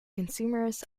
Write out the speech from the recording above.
consumers